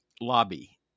lobby